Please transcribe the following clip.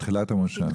בתחילת המושב.